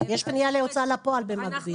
יש פנייה להוצאה לפועל במקביל.